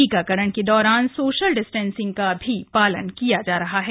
टीकाकरण के दौरान सोशल डिस्टेंसिंग का पालन किया जा रहा है